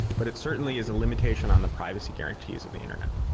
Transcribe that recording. but it certainly is a limitation on the privacy guarantees of the internet.